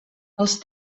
els